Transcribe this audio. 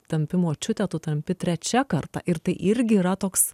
tampi močiute tu tampi trečia karta ir tai irgi yra toks